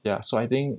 ya so I think